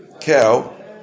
cow